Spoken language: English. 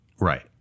Right